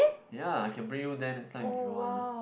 ya I can bring you then next time if you want lah